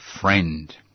friend